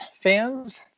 fans